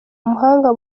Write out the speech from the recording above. umuhanga